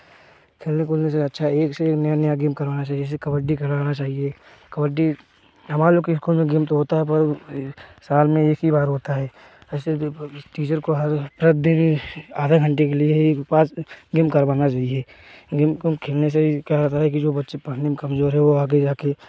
खेलने कूदने से अच्छा एक से एक नया नया गेम करवाना चाहिए जैसे कबड्डी कराना चाहिए कबड्डी हमारे लोग के स्कूल में गेम तो होता है पर साल में एक ही बार होता है ऐसे टीचर को हर प्रतिदिन आधे घंटे के लिए ही बस गेम करवाना चाहिए गेम वेम खेलने से क्या होता है जो बच्चे पढ़ने में कमज़ोर है वे आगे जाकर